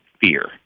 fear